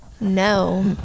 No